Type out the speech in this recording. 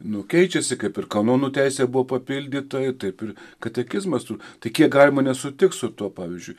nu keičiasi kaip ir kanonų teisė buvo papildyta taip ir katekizmas su tai kiek galima nesutikt su tuo pavyzdžiui